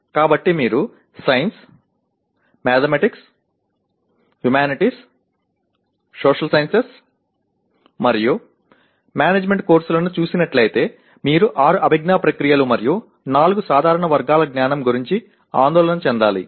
కాబట్టి మీరు sciences mathematics humanities social sciences మరియు మేనేజ్మెంట్ కోర్సులను చూస్తున్నట్లయితే మీరు ఆరు అభిజ్ఞా ప్రక్రియలు మరియు నాలుగు సాధారణ వర్గాల జ్ఞానం గురించి ఆందోళన చెందాలి